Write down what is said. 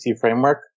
framework